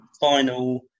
final